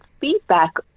Feedback